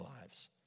lives